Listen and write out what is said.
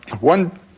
One